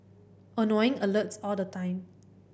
annoying alerts all the time